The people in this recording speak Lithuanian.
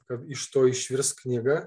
kad iš to išvirs knyga